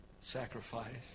sacrifice